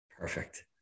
Perfect